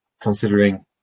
considering